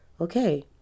okay